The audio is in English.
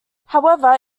however